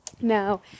Now